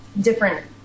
different